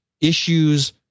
issues